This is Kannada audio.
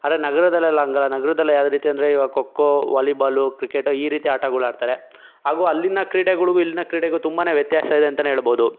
ಆದ್ರೆ ನಗರದಲ್ಲೆಲ್ಲ ಹಾಗಲ್ಲ ನಗರದಲ್ಲಿ ಯಾವ ರೀತಿ ಅಂದರೆ ಇವಾಗ ಖೋಖೋ ವಾಲಿಬಾಲು ಕ್ರಿಕೆಟ್ ಈ ರೀತಿ ಆಟಗಳು ಆಡ್ತಾರೆ ಹಾಗೂ ಅಲ್ಲಿನ ಕ್ರೀಡೆಗಳಿಗೂ ಇಲ್ಲಿನ ಕ್ರೀಡೆಗೂ ತುಂಬನೇ ವ್ಯತ್ಯಾಸ ಇದೆ ಅಂತಲೇ ಹೇಳ್ಬೋದು